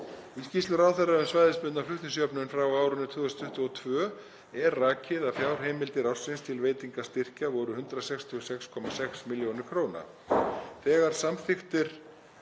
Í skýrslu ráðherra um svæðisbundna flutningsjöfnun frá árinu 2022 er rakið að fjárheimildir ársins til veitingar styrkja voru 166,6 millj. kr.